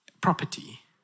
property